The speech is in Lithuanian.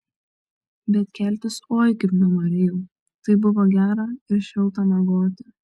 bet keltis oi kaip nenorėjau taip buvo gera ir šilta miegoti